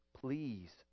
Please